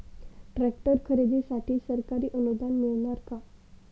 Tractor खरेदीसाठी सरकारी अनुदान मिळणार का?